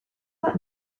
that